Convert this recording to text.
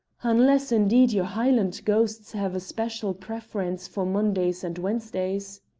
unless, indeed, your highland ghosts have a special preference for mondays and wednesdays.